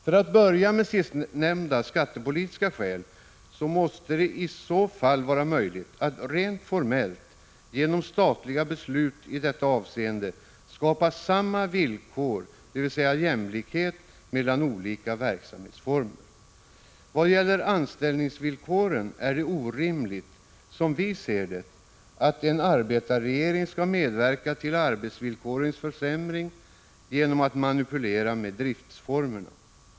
För att börja med det sistnämnda, skattepolitiska, skälet måste det vara möjligt att rent formellt genom statliga beslut i detta avseende skapa samma villkor, dvs. jämlikhet mellan olika verksamhetsformer. Vad gäller anställningsvillkoren är det orimligt, som vi ser det, att en arbetarregering skall medverka till arbetsvillkorens försämring genom att manipulera med driftsformen!